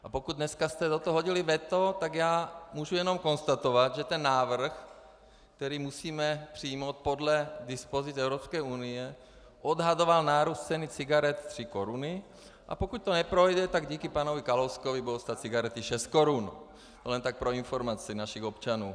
A pokud dneska jste na to hodili veto, tak já můžu jenom konstatovat, že návrh, který musíme přijmout podle dispozic EU, odhadoval nárůst ceny cigaret tři koruny, a pokud to neprojde, tak díky panu Kalouskovi budou stát cigarety šest korun, jen tak pro informaci našich občanů.